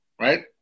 Right